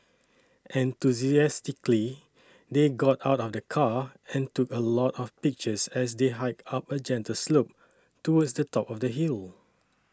enthusiastically they got out of the car and took a lot of pictures as they hiked up a gentle slope towards the top of the hill